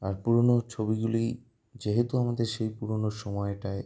আর পুরোনো ছবিগুলি যেহেতু আমাদের সেই পুরোনো সময়টায়